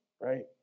right